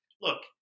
Look